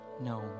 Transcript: no